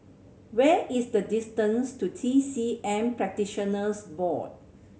where is the distance to T C M Practitioners Board